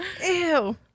ew